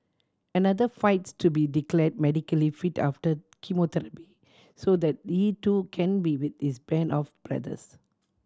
another fights to be declare medically fit after chemotherapy so that he too can be with his band of brothers